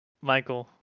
Michael